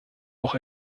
noch